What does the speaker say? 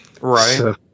Right